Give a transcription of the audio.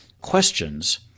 questions